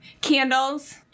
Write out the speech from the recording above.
candles